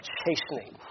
chastening